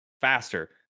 faster